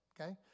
Okay